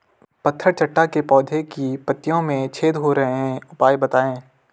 पत्थर चट्टा के पौधें की पत्तियों में छेद हो रहे हैं उपाय बताएं?